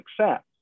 success